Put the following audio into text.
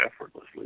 effortlessly